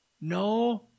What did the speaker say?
no